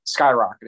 skyrocketing